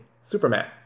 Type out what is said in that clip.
Superman